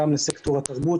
גם לסקטור התרבות,